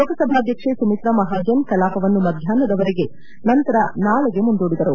ಲೋಕಸಭಾದ್ವಕ್ಷೆ ಸುಮಿತ್ರಾ ಮಹಾಜನ್ ಕಲಾಪವನ್ನು ಮಧ್ಯಾಹ್ನದವರೆಗೆ ನಂತರ ನಾಳೆಗೆ ಮುಂದೂಡಿದರು